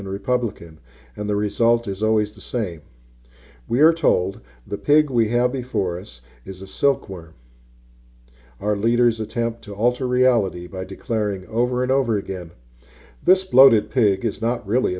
and republican and the result is always the same we are told the pig we have before us is a silkworm our leaders attempt to alter reality by declaring over and over again this bloated pig is not really